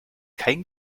kein